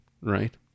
right